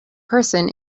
person